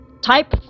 Type